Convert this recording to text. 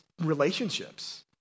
relationships